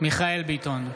מיכאל מרדכי ביטון,